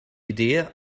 idee